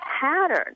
pattern